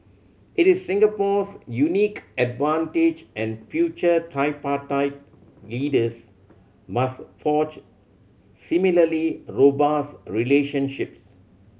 it is Singapore's unique advantage and future tripartite leaders must forge similarly robust relationships